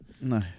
No